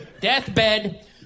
Deathbed